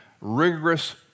rigorous